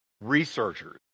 researchers